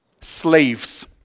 slaves